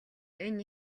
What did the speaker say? энэ